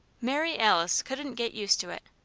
mary alice couldn't get used to it.